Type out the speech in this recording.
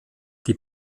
die